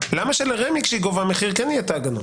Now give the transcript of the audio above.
למה כשרמ"י גובה מחיר יהיו לה את ההגנות?